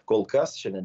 kol kas šiandien